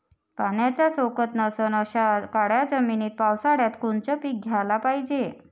पाण्याचा सोकत नसन अशा काळ्या जमिनीत पावसाळ्यात कोनचं पीक घ्याले पायजे?